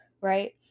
Right